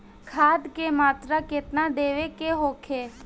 खाध के मात्रा केतना देवे के होखे?